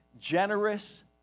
generous